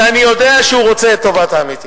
ואני יודע שהוא רוצה את טובת העמיתים,